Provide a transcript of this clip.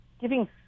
giving